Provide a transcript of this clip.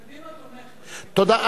קדימה תומכת, תודה.